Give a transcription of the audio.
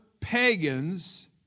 pagans